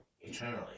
eternally